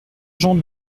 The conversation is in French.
jean